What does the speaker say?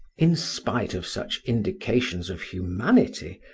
in spite of such indications of humanity,